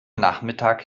nachmittag